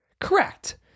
Correct